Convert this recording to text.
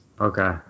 Okay